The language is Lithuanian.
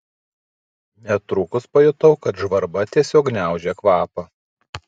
netrukus pajutau kad žvarba tiesiog gniaužia kvapą